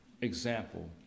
example